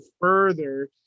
further